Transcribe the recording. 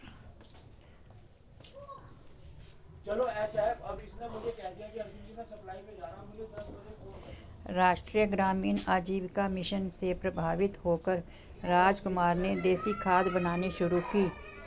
राष्ट्रीय ग्रामीण आजीविका मिशन से प्रभावित होकर रामकुमार ने देसी खाद बनानी शुरू की